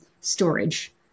storage